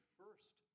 first